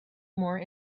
more